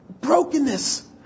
brokenness